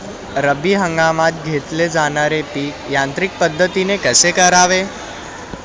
रब्बी हंगामात घेतले जाणारे पीक यांत्रिक पद्धतीने कसे करावे?